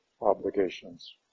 obligations